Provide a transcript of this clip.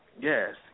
Yes